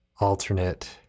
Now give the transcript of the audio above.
alternate